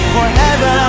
Forever